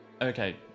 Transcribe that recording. Okay